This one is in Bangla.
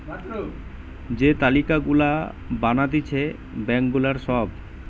যে তালিকা গুলা বানাতিছে ব্যাঙ্ক গুলার সব